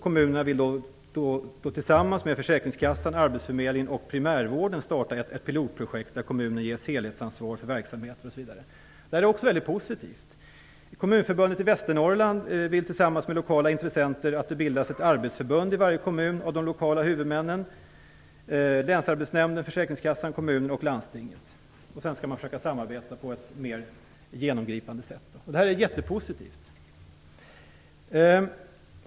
Kommunerna vill tillsammans med försäkringskassan, arbetsförmedlingen och primärvården starta ett pilotprojekt där kommunen ges helhetsansvar för verksamheten. Detta är också mycket positivt. Kommunförbundet i Västernorrland vill tillsammans med lokala intressenter bilda ett arbetsförbund i varje kommun av de lokala huvudmännen, länsarbetsnämnden, försäkringskassan, kommuner och landstinget. Sedan skall man försöka samarbeta på ett mer genomgripande sätt. Detta är jättepositivt.